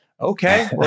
Okay